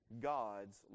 God's